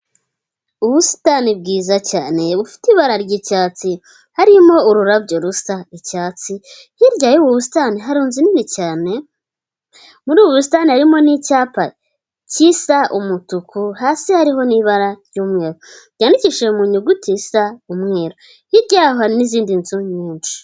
Ubusitani bwiza cyane bufite ibara ry'icyatsi harimo ururabyo rusa icyatsi. Hirya yubu busitani hari inzu nini cyane, muri ubu busitani harimo n'icyapa gisa umutuku hasi hariho n'i ibaramye ryandikishije mu nyuguti zisa umweru icyaha n'izindi nzu nyinshi.